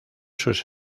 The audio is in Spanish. sus